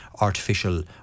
artificial